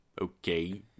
okay